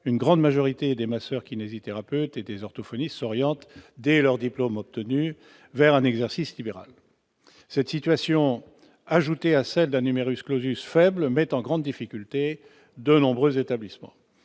la grande majorité des masseurs-kinésithérapeutes et des orthophonistes s'orientent dès leur diplôme obtenu vers un exercice libéral. Une telle situation, aggravée par un faible, met en grande difficulté de nombreux établissements.